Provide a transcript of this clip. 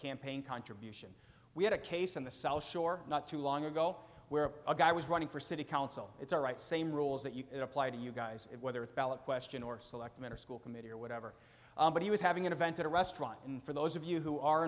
campaign contribution we had a case in the south shore not too long ago where a guy was running for city council it's a right same rules that you apply to you guys whether it's ballot question or selectman or school committee or whatever but he was having an event at a restaurant and for those of you who are